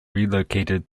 relocated